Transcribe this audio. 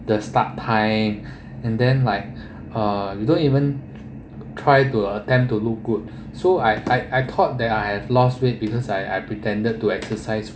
the start time and then like uh you don't even try to attempt to look good so I I I thought that I have lost weight because I I pretended to exercise